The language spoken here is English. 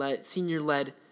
senior-led